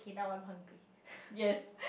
yes